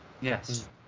Yes